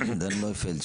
והיסטורי.